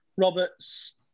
Roberts